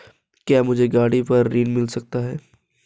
क्या मुझे गाड़ी पर ऋण मिल सकता है?